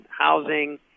housing